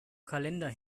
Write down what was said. kalender